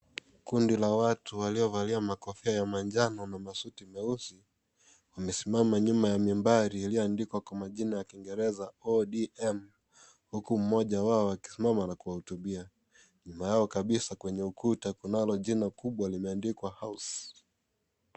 Kundi la watu waliovalia makofia ya manjano na masuti meusi wamesimama nyuma ya mimbali iliyoandikwa kwa majina ya kingereza ODM huku mmoja wao akisimama na kuwa hotubia na nyuma yao kabisa kwenye ukuta kunalo jina kubwa limeandikwa house .